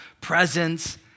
presence